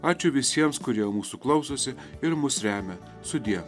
ačiū visiems kurie mūsų klausosi ir mus remia sudie